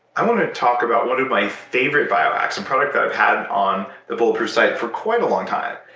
i want to talk about one of my favorite biohacks, a and product that i've had on the bulletproof site for quite a long time.